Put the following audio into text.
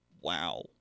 Wow